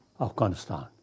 Afghanistan